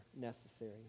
necessary